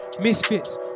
misfits